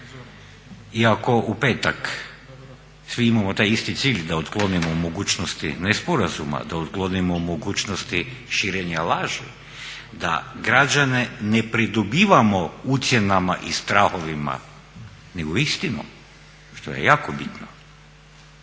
ako u petak svi imamo taj isti cilj da otklonimo mogućnosti ne sporazuma, da otklonimo mogućnosti širenja laži, da građane ne pridobivamo ucjenama i strahovima nego istinom što je jako bitno